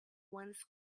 once